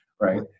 right